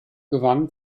gewann